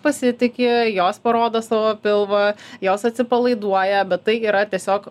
pasitiki jos parodo savo pilvą jos atsipalaiduoja bet tai yra tiesiog